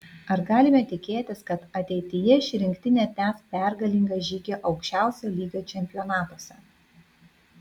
ar galime tikėtis kad ateityje ši rinktinė tęs pergalingą žygį aukščiausio lygio čempionatuose